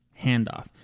handoff